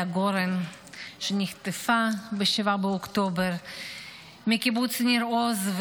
גורן שנחטפה ב-7 באוקטובר מקיבוץ ניר עוז,